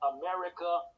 America